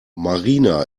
marina